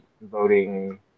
voting